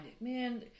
man